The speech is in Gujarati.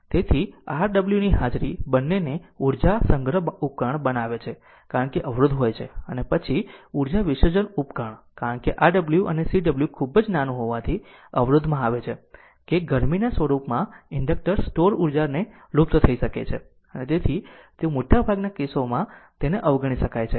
તેથી Rwની હાજરી બંનેને ઉર્જા સંગ્રહ ઉપકરણ બનાવે છે કારણ કે અવરોધ હોય છે અને પછી ઉર્જા વિસર્જન ઉપકરણ કારણ કે Rw અને cw ખૂબ જ નાનું હોવાથી અવરોધમાં આવે છે કે ગરમીના સ્વરૂપમાં ઇન્ડક્ટર સ્ટોર ઉર્જા એ લુપ્ત થઈ શકે છે અને તેથી તેઓ મોટા ભાગના કેસોમાં તેને અવગણી શકાય છે